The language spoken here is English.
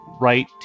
right